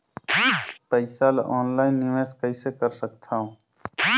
पईसा ल ऑनलाइन निवेश कइसे कर सकथव?